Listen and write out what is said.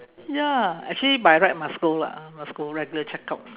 ya actually by right must go lah must go regular check-up